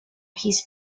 his